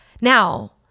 Now